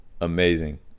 Amazing